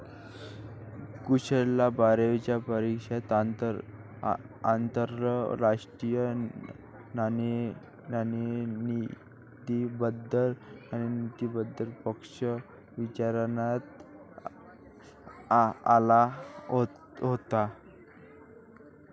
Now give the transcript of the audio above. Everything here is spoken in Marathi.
कुशलला बारावीच्या परीक्षेत आंतरराष्ट्रीय नाणेनिधीबद्दल प्रश्न विचारण्यात आला होता